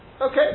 Okay